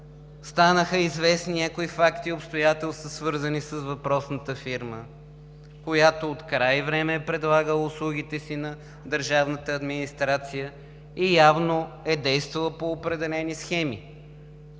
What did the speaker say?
станаха известни някои факти и обстоятелства, свързани с въпросната фирма, която открай време е предлагала услугите си на държавната администрация и явно е действала по определени схеми: